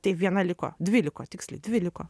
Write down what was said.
tai viena liko dvi liko tiksliai dvi liko